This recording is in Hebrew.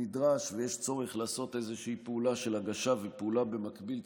שנדרש ויש צורך לעשות פעולה של הגשה ופעולה במקביל,